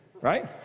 right